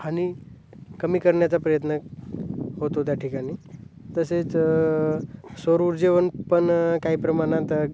हानी कमी करण्याचा प्रयत्न होतो त्या ठिकाणी तसेच पण काही प्रमाणात